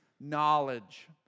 knowledge